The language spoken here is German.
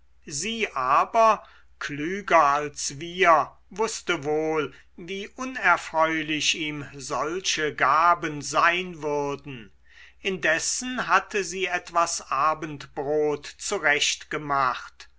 sie aber klüger als wir wußte wohl wie unerfreulich ihm solche gaben sein würden indessen hatte sie etwas abendbrot zurecht gemacht